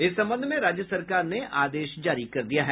इस संबंध में राज्य सरकार ने आदेश जारी कर दिया है